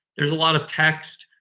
there's a lot of text.